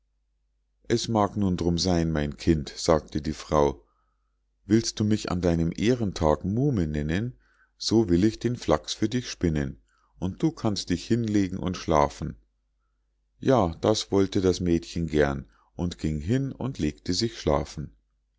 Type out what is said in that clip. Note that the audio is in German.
es mag nun drum sein mein kind sagte die frau willst du mich an deinem ehrentag muhme nennen so will ich den flachs für dich spinnen und du kannst dich hinlegen und schlafen ja das wollte das mädchen gern und ging hin und legte sich schlafen